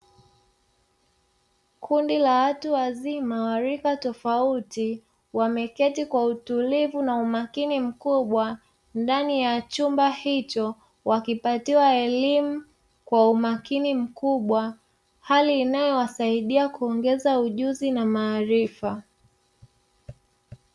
Kundi la watu wazima warika tofauti wameketi kwa utulivu na umakini mkubwa ndani ya chumba hicho wakipatiwa elimu kwa umakini mkubwa hali inayo wasidia kuongeza ujuzi na maarifa.